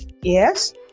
yes